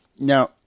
Now